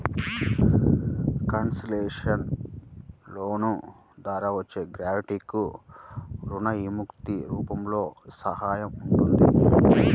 concessional లోన్ల ద్వారా వచ్చే గ్రాంట్లకు రుణ విముక్తి రూపంలో సహాయం ఉంటుంది